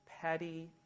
petty